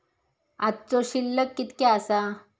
आजचो शिल्लक कीतक्या आसा?